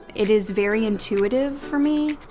it is very intuitive for me.